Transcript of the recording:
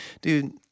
dude